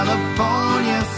California